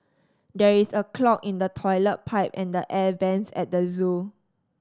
there is a clog in the toilet pipe and the air vents at the zoo